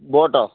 ബോട്ടോ